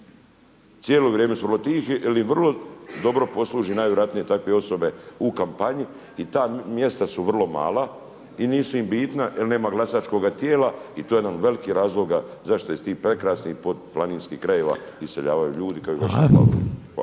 Cijelo vrijeme su vrlo tihi jel vrlo dobro posluži najvjerojatnije takve osobe u kampanji i ta mjesta su vrlo mala i nisu im bitna jel nema glasačkoga tijela i to je jedan od velikih razloga zašto iz tih prekrasnih planinskih krajeva iseljavaju ljudi kao i iz vaše